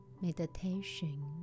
Meditation